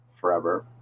forever